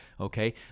Okay